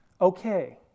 Okay